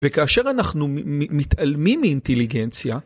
וכאשר אנחנו מתעלמים מאינטליגנציה.